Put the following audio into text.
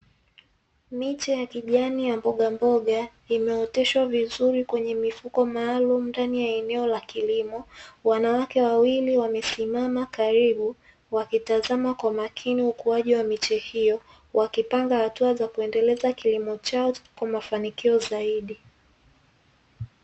Miche ya kijani ya mbogamboga imeoteshwa vizuri kwenye mifuko maalumu ndani ya eneo la kilimo. Wanawake wawili wamesimama karibu wakitazama kwa makini ukuaji wa miche hiyo, wakipanga hatua za kuendeleza kilimo chao kwa mafanikio zaidi.